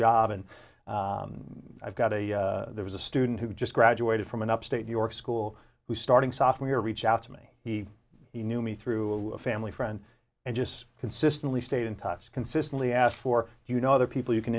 job and i've got a there was a student who just graduated from an upstate new york school who's starting software reach out to me he knew me through a family friend and just consistently stayed in touch consistently asked for you know other people you can